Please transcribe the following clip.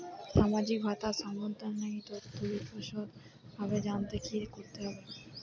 সামাজিক ভাতা সম্বন্ধীয় তথ্য বিষদভাবে জানতে কী করতে হবে?